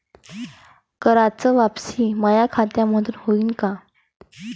कराच वापसी माया खात्यामंधून होईन का?